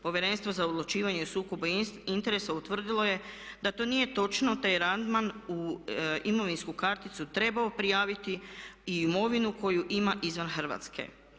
Povjerenstvo za odlučivanje o sukobu interesa utvrdilo je da to nije točno te je Radman u imovinsku karticu trebao prijaviti i imovinu koju ima izvan Hrvatske.